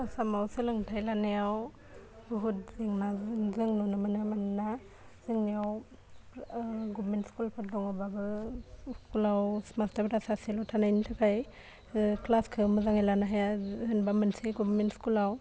आसामाव सोलोंथाइ लानायाव बहुत जेंना जों नुनो मोनो मानोना जोंनियाव ओह गबमेन्ट स्कुलफोरखौ दङबाबो स्कुलाव मास्टारफ्रा सासेल' थानायनि थाखाय ओह क्लासखौ मोजाङै लानो हाया होनबा मोनसे गभमेन्ट स्कुलाव